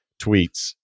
tweets